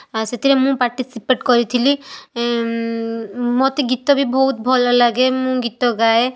ଆଉ ସେଥିରେ ମୁଁ ପାର୍ଟିସିପେଟ୍ କରିଥିଲି ମୋତେ ଗୀତ ବି ବହୁତ ଭଲଲାଗେ ମୁଁ ଗୀତ ଗାଏ